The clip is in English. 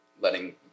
letting